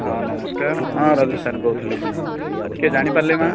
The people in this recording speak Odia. ହଁ ନମସ୍କାର ହଁ ରଜତ ସାର୍ କହୁଥିଲି କିଏ ଜାଣିପାରିଲି ମା